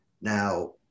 Now